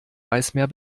eismeer